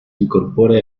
incorpora